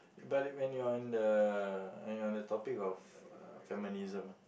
when you're in the when you're in the topic of uh feminism ah